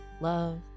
love